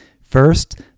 First